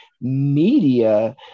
media